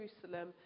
Jerusalem